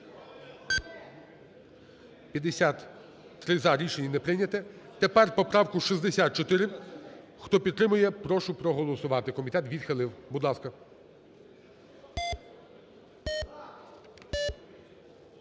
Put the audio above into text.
За-53 Рішення не прийнято. Тепер поправку 64. Хто підтримує, прошу проголосувати. Комітет відхилив. Будь ласка.